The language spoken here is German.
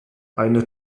eine